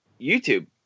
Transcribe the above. YouTube